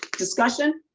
discussion.